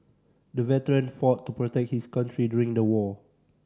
the veteran fought protect his country during the war